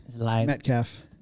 Metcalf